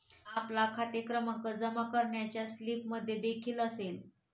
आपला खाते क्रमांक जमा करण्याच्या स्लिपमध्येदेखील असेल